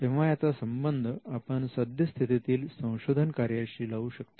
तेव्हा याचा संबंध आपण सद्यस्थितीतील संशोधन कार्याशी लावू शकतो